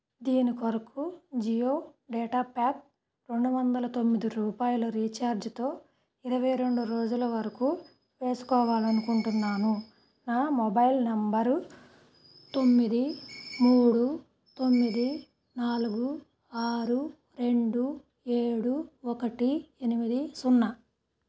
దీని కొరకు Jio data pack రెండు వందల తొమ్మిది రూపాయల రీఛార్జుతో ఇరవై రెండు రోజుల వరకు వేసుకోవాలనుకుంటున్నాను నా మొబైల్ నెంబరు తొమ్మిది మూడు తొమ్మిది నాలగు ఆరు రెండు ఏడు ఒకటి ఎనిమిది సున్నా